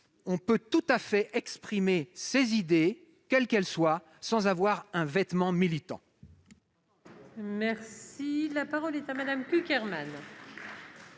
on peut tout à fait exprimer ses idées, quelles qu'elles soient, sans porter de vêtement militant.